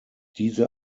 diese